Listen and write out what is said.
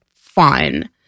fun